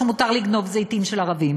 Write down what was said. שמותר לגנוב זיתים של ערבים.